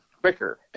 quicker